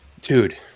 dude